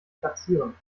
platzieren